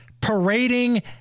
parading